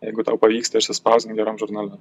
jeigu tau pavyksta išsispausdint geram žurnale